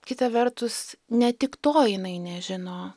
kita vertus ne tik to jinai nežino